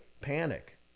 Panic